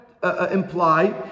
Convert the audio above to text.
Imply